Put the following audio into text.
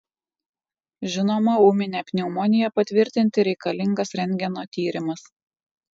žinoma ūminę pneumoniją patvirtinti reikalingas rentgeno tyrimas